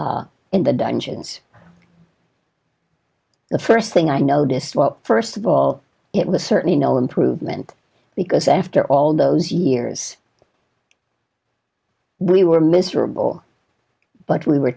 dungeons the first thing i noticed well first of all it was certainly no improvement because after all those years we were miserable but we were